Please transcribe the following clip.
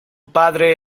padre